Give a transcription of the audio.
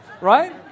Right